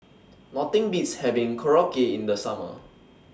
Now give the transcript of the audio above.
Nothing Beats having Korokke in The Summer